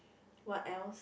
what else